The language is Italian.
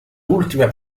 ultime